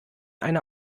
eine